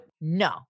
No